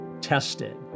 tested